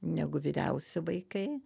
negu vyriausi vaikai